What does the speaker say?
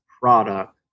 product